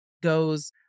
goes